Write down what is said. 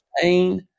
pain